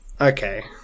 okay